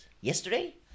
Yesterday